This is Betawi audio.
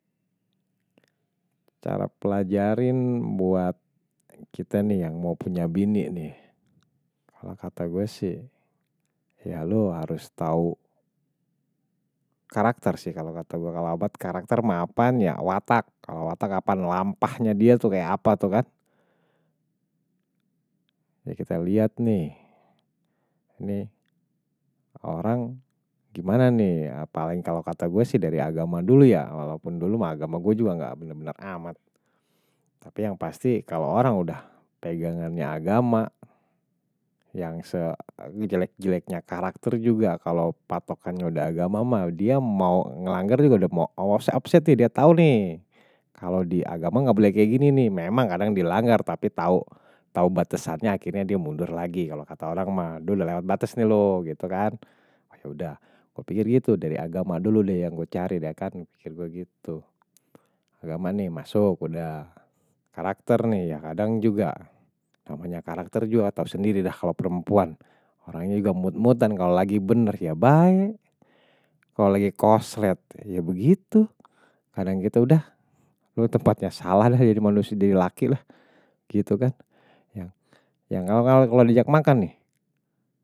Cara pelajarin buat kita nih yang mau punya bini nih kalau kata gue sih ya lo harus tahu karakter sih kalau kata gue kalau abad karakter apaan ya watak kalau watak apaan lampahnya dia tuh kayak apa tuh kan ya kita lihat nih ini orang gimana nih apalagi kalau kata gue sih dari agama dulu ya walaupun dulu, agama gue juga gak bener bener amat tapi yang pasti kalau orang udah pegangannya agama yang sejelek jeleknya karakter juga kalau patokannya udah agama dia mau ngelanggar juga udah mau awas awas sih dia tau nih kalau di agama gak boleh kayak gini nih memang kadang dilanggar tapi tau tau batasannya akhirnya dia mundur lagi kalau kata orang mah dulu udah lewat batas nih lo gitu kan yaudah gue pikir gitu dari agama dulu deh yang gue cari dia kan pikir gue gitu agama nih masuk udah karakter nih ya kadang juga namanya karakter juga tau sendiri lah kalau perempuan orangnya juga mut mutan kalau lagi bener ya baik kalau lagi koslet ya begitu kadang gitu udah tempatnya salah lah jadi manusia dari laki lah gitu kan kalau-kalau kalau dijak makan nih.